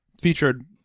featured